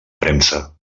premsa